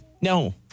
No